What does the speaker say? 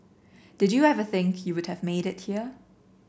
did you ever think you would have made it here